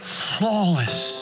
flawless